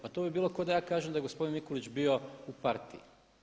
Pa to bi bilo kao da ja kažem da je gospodin Mikulić bio u partiji.